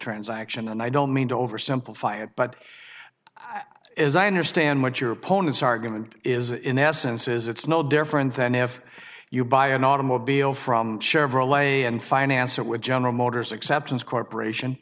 transaction and i don't mean to oversimplify it but as i understand what your opponent's argument is in essence is it's no different than if you buy an automobile from chevrolet in finance or with general motors acceptance corporation